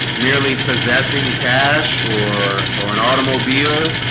merely possessing cash or or an automobile